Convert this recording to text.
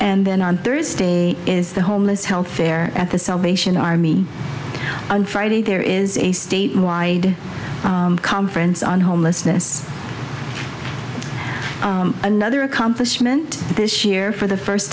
and then on thursday is the homeless health fair at the salvation army on friday there is a statewide conference on homelessness another accomplishment this year for the first